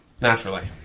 Naturally